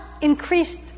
increased